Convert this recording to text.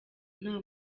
nta